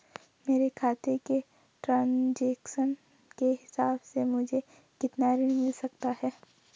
मेरे खाते के ट्रान्ज़ैक्शन के हिसाब से मुझे कितना ऋण मिल सकता है?